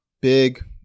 Big